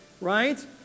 Right